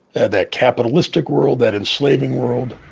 that capitalistic world, that enslaving world